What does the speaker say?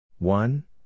One